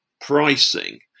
pricing